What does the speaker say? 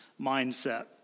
mindset